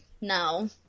No